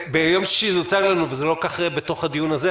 ביום שישי זה הוצג לנו וזה לא כל כך בתוך הדיון הזה.